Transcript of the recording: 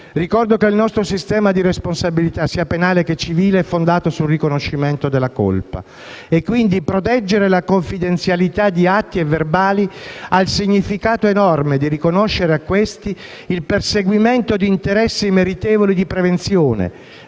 Ricordo che il nostro sistema di responsabilità penale e civile è fondato sul riconoscimento della colpa e, quindi, proteggere la confidenzialità di atti e verbali ha il significato enorme di riconoscere a questi il perseguimento di interessi meritevoli di protezione